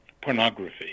pornography